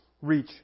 reach